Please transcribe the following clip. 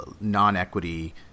non-equity